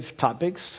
topics